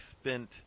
spent –